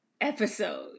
episode